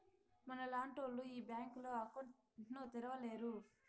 మనలాంటోళ్లు ఈ బ్యాంకులో అకౌంట్ ను తెరవలేరు